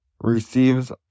receives